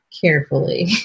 carefully